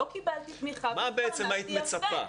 לא קיבלתי תמיכה כי התפרנסתי יפה.